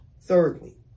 Thirdly